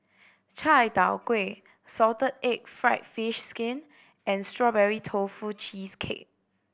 chai tow kway salted egg fried fish skin and Strawberry Tofu Cheesecake